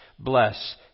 Bless